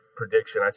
prediction